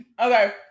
Okay